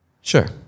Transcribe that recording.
Sure